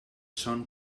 john